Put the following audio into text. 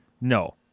No